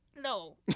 No